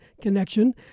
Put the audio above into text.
connection